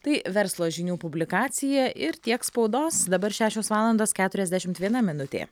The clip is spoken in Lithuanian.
tai verslo žinių publikacija ir tiek spaudos dabar šešios valandos keturiasdešimt viena minutė